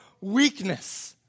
weakness